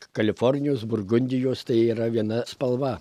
kalifornijos burgundijos tai yra viena spalva